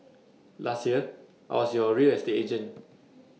last year I was your real estate agent